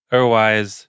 Otherwise